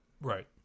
Right